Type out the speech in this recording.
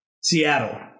Seattle